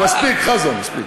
מספיק, חזן, מספיק.